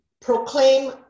proclaim